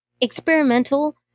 experimental